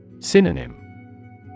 Synonym